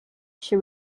she